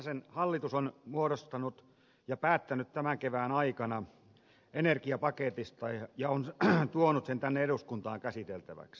vanhasen hallitus on päättänyt tämän kevään aikana energiapaketista ja tuonut sen tänne eduskuntaan käsiteltäväksi